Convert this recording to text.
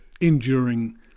enduring